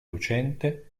lucente